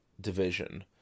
division